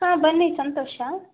ಹಾಂ ಬನ್ನಿ ಸಂತೋಷ